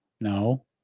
No